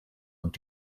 und